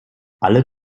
alle